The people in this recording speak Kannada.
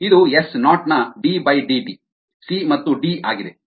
ಇದು ಎಸ್ ನಾಟ್ ನ ಡಿ ಡಿಟಿ ddt ಸಿ ಮತ್ತು ಡಿ ಆಗಿದೆ